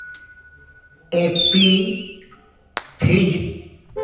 appy fizz